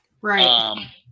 Right